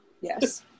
Yes